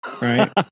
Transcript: Right